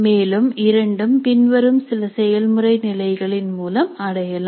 மேலும் இரண்டும் பின்வரும் சில செயல்முறை நிலைகளின் மூலம் அடையலாம்